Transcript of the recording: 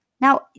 Now